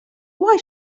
why